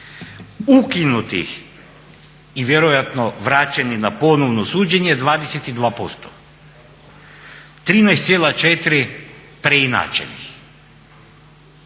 Ukinutih i vjerojatno vraćenih na ponovno suđenje 22%. 13,4 preinačenih.